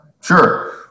Sure